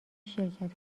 شرکت